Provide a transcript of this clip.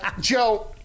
Joe